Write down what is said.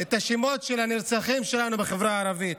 את השמות של הנרצחים שלנו, בחברה הערבית: